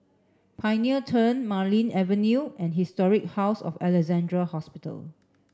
Pioneer Turn Marlene Avenue and Historic House of Alexandra Hospital